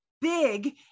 big